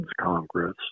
Congress